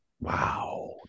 Wow